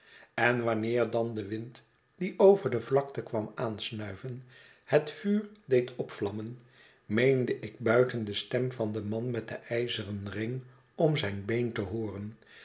en wanneer dan de wind die over de vlakte kwam aansnuiven het vuur deed opvlammen meende ik buiten de stem van den man met den ijzeren ring om zijn been te hooren